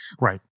Right